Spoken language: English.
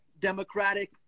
Democratic